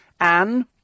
Anne